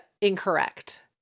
incorrect